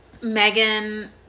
Megan